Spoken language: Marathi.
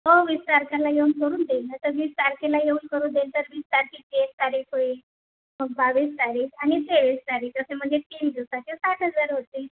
हो वीस तारखेला येऊन करून देईन नाहीतर वीस तारखेला येऊन करून देईन तर वीस तारखेची एक तारीख होईल मग बावीस तारीख आणि तेवीस तारीख असे म्हणजे तीन दिवसाचे साठ हजार होतील